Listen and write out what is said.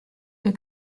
wir